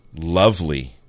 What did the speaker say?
lovely